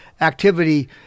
activity